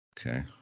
Okay